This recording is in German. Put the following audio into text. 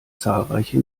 zahlreiche